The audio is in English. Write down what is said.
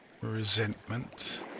resentment